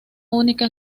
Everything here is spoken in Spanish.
única